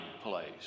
place